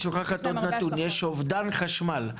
את שוכחת עוד נתון: יש אובדן חשמל,